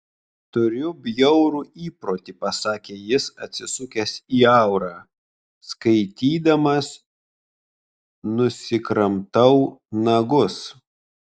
turiu bjaurų įprotį pasakė jis atsisukęs į aurą skaitydamas nusikramtau nagus